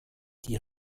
die